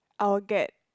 I'll get